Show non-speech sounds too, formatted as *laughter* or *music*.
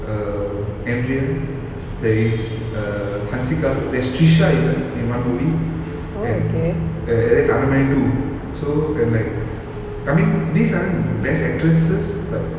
err M G எம்:mgm there is err Hanshika there is Trisha even in one movie and *laughs* two so and like I mean these aren't best actresses but